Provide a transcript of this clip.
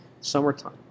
summertime